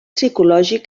psicològic